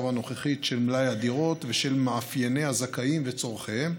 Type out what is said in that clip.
הנוכחית של מלאי הדירות ושל מאפייני הזכאים וצורכיהם,